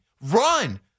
Run